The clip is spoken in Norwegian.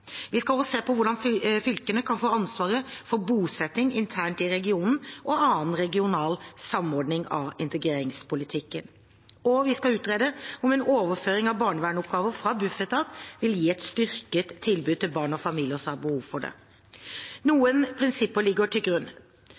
Vi skal også se på hvordan fylkene kan få ansvaret for bosetting internt i regionene og annen regional samordning av integreringspolitikken, og vi skal utrede om en overføring av barnevernsoppgavene fra Bufetat vil gi et styrket tilbud til barn og familier som har behov for det. Noen prinsipper ligger til grunn: